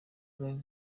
zari